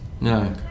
no